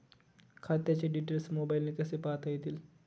खात्याचे डिटेल्स मोबाईलने कसे पाहता येतील?